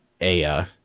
Aya